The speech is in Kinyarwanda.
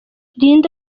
linda